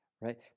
right